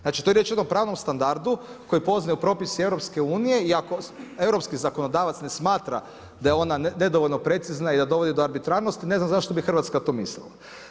Znači to je riječ o jednom pravnom standardu koji poznaju propisi EU i ako europski zakonodavac ne smatra da je ona nedovoljno precizna i da dovodi do arbitrarnosti, ne znam zašto bi Hrvatska to mislila.